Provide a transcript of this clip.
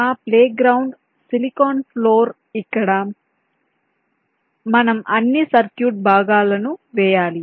మా playground silicon floor ఇక్కడ మనం అన్ని సర్క్యూట్ భాగాలను వేయాలి